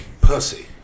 Pussy